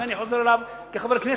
לכן אני חוזר אליו כחבר כנסת.